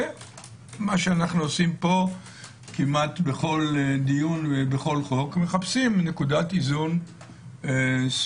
ומה שאנחנו עושים פה כמעט בכל דיון ובכל חוק מחפשים נקודת איזון טובה,